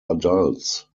adults